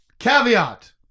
Caveat